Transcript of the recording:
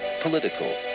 political